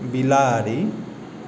बिलाड़ि